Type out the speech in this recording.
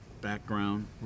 background